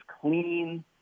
clean